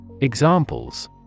Examples